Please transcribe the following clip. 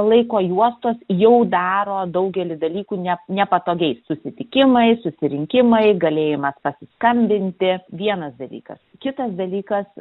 laiko juostos jau daro daugelį dalykų ne nepatogiais susitikimai susirinkimai galėjimas paskambinti vienas dalykas kitas dalykas